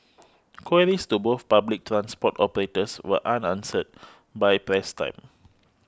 queries to both public transport operators were unanswered by press time